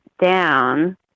down